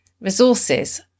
resources